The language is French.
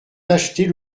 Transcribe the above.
d’acheter